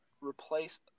replace